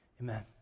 Amen